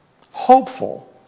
hopeful